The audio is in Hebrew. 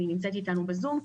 והיא נמצאת איתנו בזום,